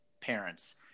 parents